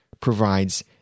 provides